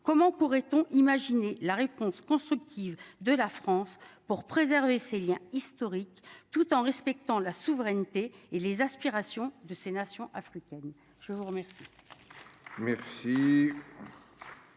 comment pourrait-on imaginer la réponse constructive de la France pour préserver ses liens historiques, tout en respectant la souveraineté et les aspirations de ces nations africaines. Je vous remets.